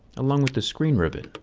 along with the screen ribbon.